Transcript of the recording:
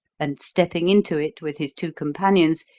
and, stepping into it with his two companions,